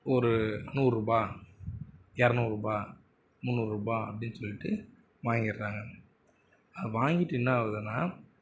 ஒரு நூறு ரூபாய் இரநூறு ரூபாய் முன்னுாறு ரூபாய் அப்படினு சொல்லிட்டு வாங்கிகிறாங்க வாங்கிகிட்டு என்னாகுதுனா